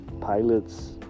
pilots